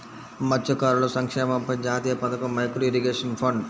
మత్స్యకారుల సంక్షేమంపై జాతీయ పథకం, మైక్రో ఇరిగేషన్ ఫండ్